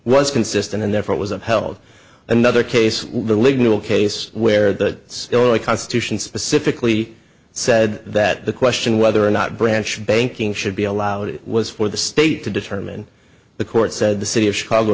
was consistent and therefore it was upheld another case the legal case where the constitution specifically said that the question whether or not branch banking should be allowed it was for the state to determine the court said the city of chicago